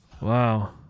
Wow